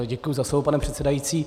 Děkuji za slovo, pane předsedající.